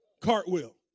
Cartwheel